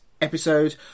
episode